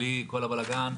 בלי כל הבלגן.